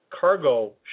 cargo